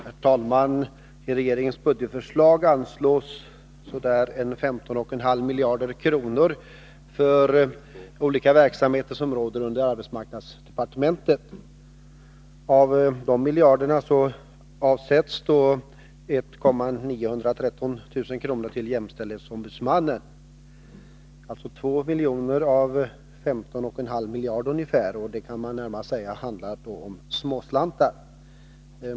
Herr talman! I regeringens budgetförslag anslås totalt ca 15,5 miljarder kronor till de olika verksamheter och områden som lyder under arbetsmarknadsdepartementet. Av de miljarderna vill regeringen avsätta 1 913 000 kr. till jämställdhetsombudsmannen. Nästan 2 miljoner av 15,5 miljarder. Man kan närmast säga att det handlar om småslantar.